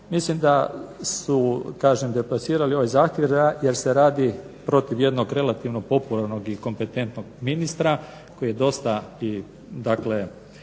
Mislim da su kažem deplasirali ovaj zahtjev jer se radi protiv jednog relativno popularnog i kompetentnog ministra koji je dosta imao